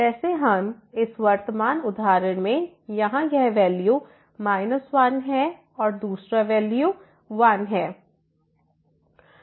जैसे इस वर्तमान उदाहरण में यहाँ यह वैल्यू 1 है और दूसरा वैल्यू 1 है